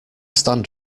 stand